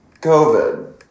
COVID